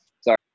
sorry